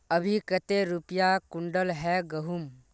अभी कते रुपया कुंटल है गहुम?